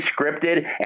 scripted